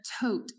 tote